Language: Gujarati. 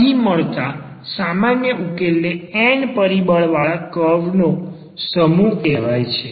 અહીં મળતા સામાન્ય ઉકેલ ને n પરિબળવાળા કર્વ નો સમૂહ કહેવાય છે